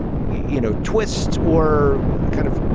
you know, twist or kind of,